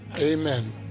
Amen